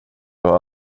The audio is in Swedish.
har